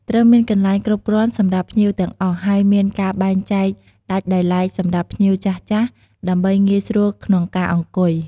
ត្រូវមានកន្លែងគ្រប់គ្រាន់សម្រាប់ភ្ញៀវទាំងអស់ ហើយមានការបែងចែកដាច់ដោយឡែកសម្រាប់ភ្ញៀវចាស់ៗ ដើម្បីងាយស្រួលក្នុងការអង្គុយ។